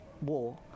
war